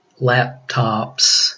laptops